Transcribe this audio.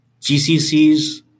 GCCs